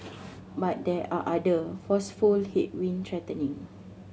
but there are other forceful headwind threatening